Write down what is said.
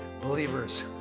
believers